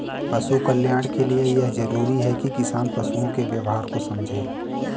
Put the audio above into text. पशु कल्याण के लिए यह जरूरी है कि किसान पशुओं के व्यवहार को समझे